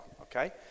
okay